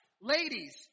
Ladies